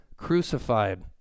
crucified